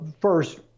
First